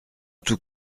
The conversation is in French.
tout